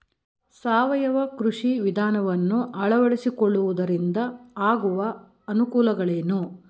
ಸಾವಯವ ಕೃಷಿ ವಿಧಾನವನ್ನು ಅಳವಡಿಸಿಕೊಳ್ಳುವುದರಿಂದ ಆಗುವ ಅನುಕೂಲಗಳೇನು?